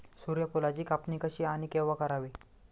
सूर्यफुलाची कापणी कशी आणि केव्हा करावी?